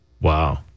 Wow